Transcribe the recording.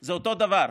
זה אותו דבר,